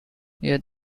yet